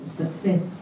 success